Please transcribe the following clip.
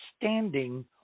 standing